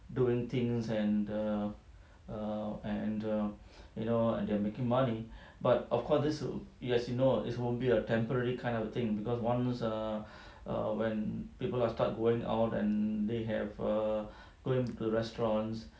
doing things and the err and the you know and they're making money but of course this will you as you know it's will be a temporary kind of thing because once err err when people err start going out and they have err going to restaurants